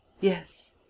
Yes